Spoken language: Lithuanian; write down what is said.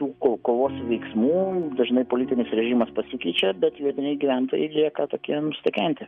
tų ko kovos veiksmų dažnai politinis režimas pasikeičia bet vietiniai gyventojai lieka tokie nustekenti